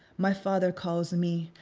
my father calls me.